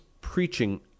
preaching